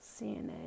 CNA